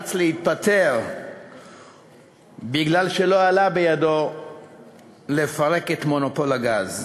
שנאלץ להתפטר מפני שלא עלה בידו לפרק את מונופול הגז,